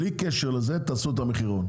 בלי קשר לזה, תעשו את המחירון.